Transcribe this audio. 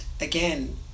again